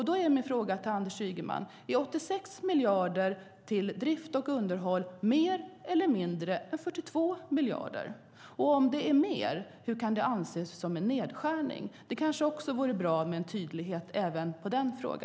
Då är min fråga till Anders Ygeman: Är 86 miljarder till drift och underhåll mer eller mindre än 42 miljarder? Om det är mer, hur kan det då anses som en nedskärning? Det vore bra med tydlighet även i denna fråga.